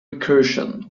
recursion